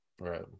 Right